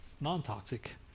non-toxic